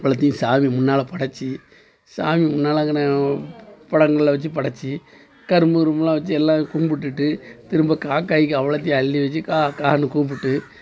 அவ்வளோத்தையும் சாமி முன்னால் படைச்சு சாமி முன்னால் அங்கன பழங்களை வச்சு படைச்சு கரும்பு கிரும்பு எல்லாம் வச்சு எல்லாம் கும்பிட்டுட்டு திரும்ப காக்கைக்கு அவ்வளோத்தையும் அள்ளி வச்சு கா கான்னு கூப்பிட்டு